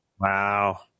Wow